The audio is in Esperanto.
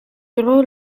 tro